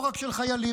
לא רק של חיילים,